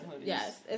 yes